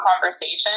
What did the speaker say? conversation